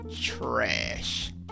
Trash